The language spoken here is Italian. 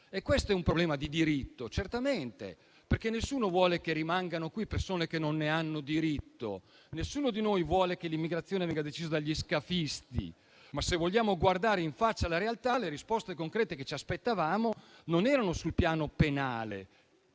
e questo è un problema di diritto, certamente, perché nessuno vuole che rimangano qui persone che non ne hanno diritto. Nessuno di noi vuole che l'immigrazione venga decisa dagli scafisti, ma se vogliamo guardare in faccia la realtà, le risposte concrete che ci aspettavamo non erano sul piano penale,